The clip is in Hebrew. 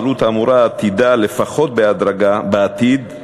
העלות האמורה עתידה לפחות בהדרגה בעתיד,